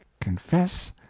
confess